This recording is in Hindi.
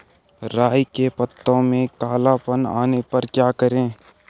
राई के पत्तों में काला पन आने पर क्या करें?